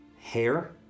hair